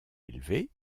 élevés